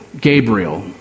Gabriel